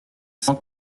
cent